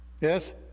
Yes